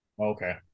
Okay